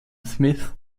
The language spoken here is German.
smith